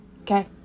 okay